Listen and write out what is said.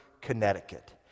Connecticut